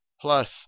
plus